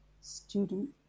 student